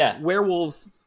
werewolves